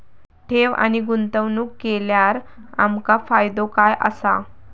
ठेव आणि गुंतवणूक केल्यार आमका फायदो काय आसा?